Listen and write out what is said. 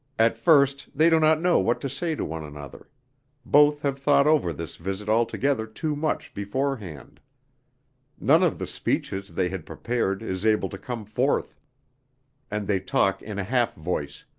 at first they do not know what to say to one another both have thought over this visit altogether too much beforehand none of the speeches they had prepared is able to come forth and they talk in a halfvoice,